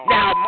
Now